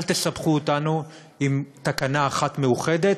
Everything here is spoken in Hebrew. אל תסבכו אותנו עם תקנה אחת מאוחדת,